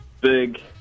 big